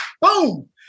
boom